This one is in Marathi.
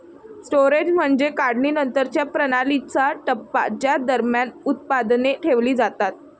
स्टोरेज म्हणजे काढणीनंतरच्या प्रणालीचा टप्पा ज्या दरम्यान उत्पादने ठेवली जातात